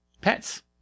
pets